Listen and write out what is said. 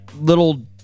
little